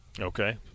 Okay